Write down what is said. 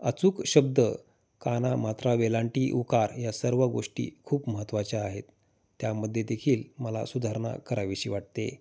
अचूक शब्द काना मात्रा वेलांटी उकार या सर्व गोष्टी खूप महत्त्वाच्या आहेत त्यामध्ये देखील मला सुधारणा करावीशी वाटते